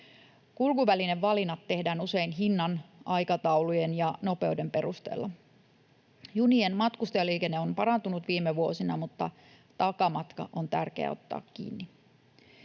Kulkuvälinevalinnat tehdään usein hinnan, aikataulujen ja nopeuden perusteella. Junien matkustajaliikenne on parantunut viime vuosina, mutta takamatka on tärkeä ottaa kiinni.